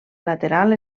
lateral